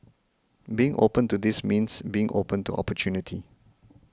being open to this means being open to opportunity